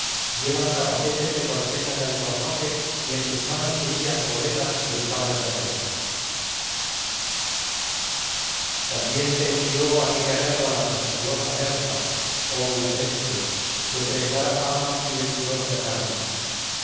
llevan capacetes de corteza de alcornoque y en sus manos brillan rodelas y espadas de acero también te envió a aquella guerra la monstruosa nersa oh ufente de preclara fama y venturoso en armas